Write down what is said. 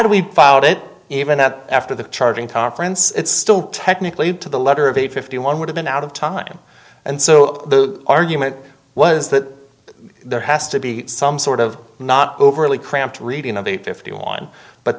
it even that after the charging conference it's still technically to the letter of the fifty one would have been out of time and so the argument was that there has to be some sort of not overly cramped reading of the fifty one but